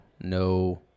no